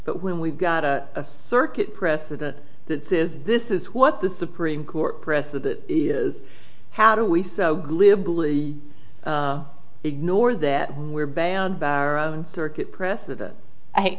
but when we've got a circuit precedent that says this is what the supreme court precedent is how do we so glibly ignore that we're banned by our own circuit precedent